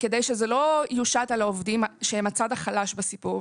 כדי שזה לא יושת על העובדים שהם הצד החלש בסיפור,